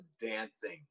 dancing